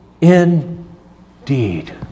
indeed